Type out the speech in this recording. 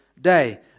day